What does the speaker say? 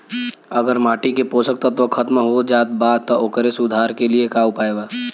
अगर माटी के पोषक तत्व खत्म हो जात बा त ओकरे सुधार के लिए का उपाय बा?